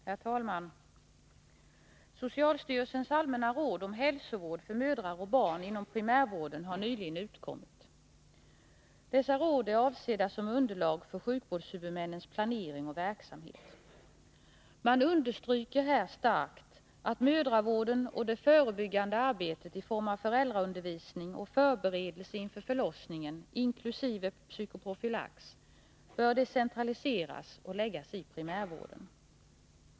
Herr talman! Socialstyrelsens allmänna råd om hälsovård för mödrar och barn inom primärvården har nyligen utkommit. Dessa råd är avsedda som underlag för sjukvårdshuvudmännens planering och verksamhet. Man understryker här starkt att mödravården och det förebyggande arbetet i form av föräldraundervisning och förberedelse inför förlossningen inklusive psykoprofylax bör decentraliseras och läggas in i primärvården.